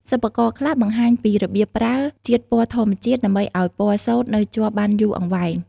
សិប្បករខ្លះបង្ហាញពីរបៀបប្រើ ជាតិពណ៌ធម្មជាតិ ដើម្បីឱ្យពណ៌សូត្រនៅជាប់បានយូរអង្វែង។